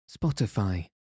Spotify